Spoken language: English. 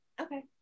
Okay